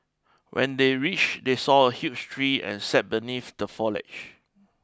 when they reached they saw a huge tree and sat beneath the foliage